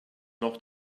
noch